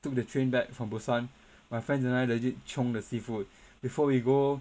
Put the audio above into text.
took the train back from busan my friends and I legit chiong the seafood before we go